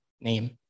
name